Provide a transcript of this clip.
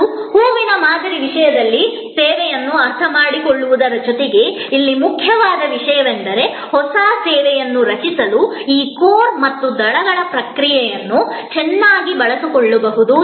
ಮತ್ತು ಹೂವಿನ ಮಾದರಿಯ ವಿಷಯದಲ್ಲಿ ಸೇವೆಯನ್ನು ಅರ್ಥಮಾಡಿಕೊಳ್ಳುವುದರ ಜೊತೆಗೆ ಇಲ್ಲಿ ಮುಖ್ಯವಾದ ವಿಷಯವೆಂದರೆ ಹೊಸ ಸೇವೆಯನ್ನು ರಚಿಸಲು ಈ ಕೋರ್ ಮತ್ತು ದಳಗಳ ಪರಿಕಲ್ಪನೆಯನ್ನು ಚೆನ್ನಾಗಿ ಬಳಸಿಕೊಳ್ಳಬಹುದು ಎಂಬುದನ್ನು ಸಹ ಅರ್ಥಮಾಡಿಕೊಳ್ಳುವುದು